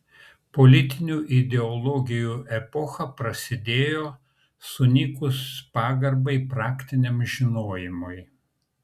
politinių ideologijų epocha prasidėjo sunykus pagarbai praktiniam žinojimui